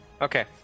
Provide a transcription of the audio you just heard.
Okay